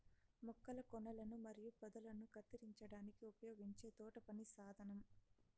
మొక్కల కొనలను మరియు పొదలను కత్తిరించడానికి ఉపయోగించే తోటపని సాధనం